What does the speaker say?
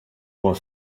point